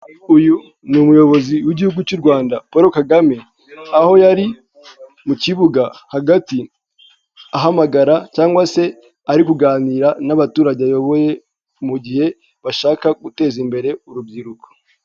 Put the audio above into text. Uyu ni umuyobozi w'igihugu cy'u Rwanda Paul Kagame, aho yari mu kibuga hagati ahamagara cyangwa se ari kuganira n'abaturage ayoboye mu gihe bashaka guteza imbere urubyiruko.